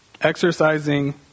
exercising